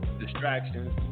distractions